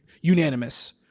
unanimous